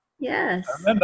Yes